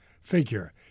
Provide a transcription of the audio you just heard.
FIGURE